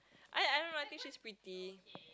I I don't know I think she's pretty